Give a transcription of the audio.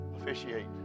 officiate